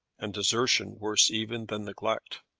and desertion worse even than neglect.